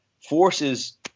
forces